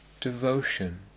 Devotion